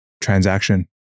transaction